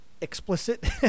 explicit